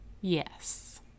Yes